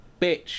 bitch